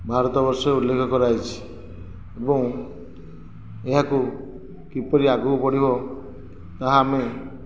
ଭାରତ ବର୍ଷରେ ଉଲ୍ଲେଖ କରାଯାଇଛି ଏବଂ ଏହାକୁ କିପରି ଆଗକୁ ବଢ଼ିବ ତାହା ଆମେ